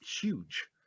huge